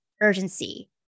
urgency